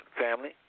family